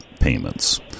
payments